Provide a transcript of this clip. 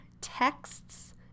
texts